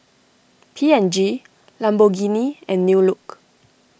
P and G Lamborghini and New Look